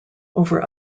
over